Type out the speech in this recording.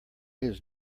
his